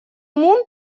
мун